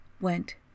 went